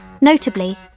Notably